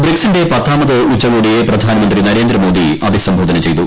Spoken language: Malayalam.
ബ്രിക്സിന്റെ പത്താമത് ഉച്ചകോടിയെ പ്രധാനമന്ത്രി നരേന്ദ്രമോദി അഭിസംബോധന ചെയ്തു